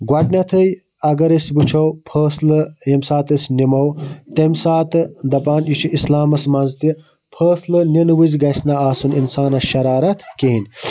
گۄڈنیٚتھٕے اَگَر أسۍ وٕچھو فٲصلہٕ ییٚمہِ ساتہٕ أسۍ نِمو تمہِ ساتہٕ دَپان یہِ چھُ اِسلامَس مَنٛز تہِ فٲصلہٕ نِنہٕ وِزِ گَژھنہٕ آسُن اِنسانَس شَرارَت کِہیٖنۍ